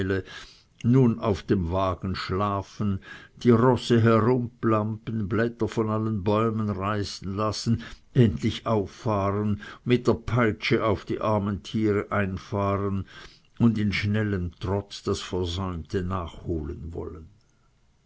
nun auf dem wagen schlafen die rosse herumblampen blätter von allen bäumen reißen lassen endlich auffahren mit der peitsche auf die armen tiere einfahren und in schnellem trott das versäumte nachholen wollen